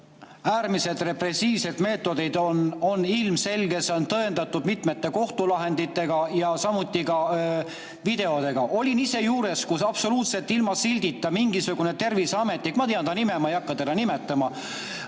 äärmiselt repressiivseid meetodeid, on ilmselge. See on tõendatud mitmete kohtulahenditega ja ka videotega. Olin ise juures, kui absoluutselt ilma sildita mingisugune terviseametnik – ma tean ka ta nime, aga ma ei hakka nimetama